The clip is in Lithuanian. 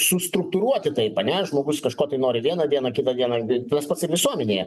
sustruktūruoti taip ane žmpgus kažko tai nori vieną dieną kitą dieną tas pats ir visuomenėje